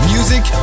Music